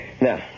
Now